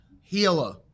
healer